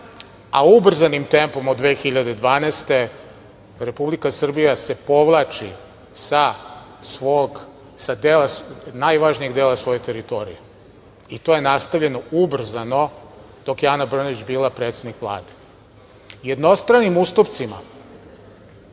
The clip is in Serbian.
a ubrzanim tempom od 2012. godine, Republika Srbija se povlači sa najvažnijeg dela svoje teritorije i to je nastavljeno ubrzano dok je Ana Brnabić bila predsednik Vlade. Jednostranim ustupcima,